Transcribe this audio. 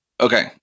Okay